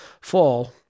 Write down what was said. fall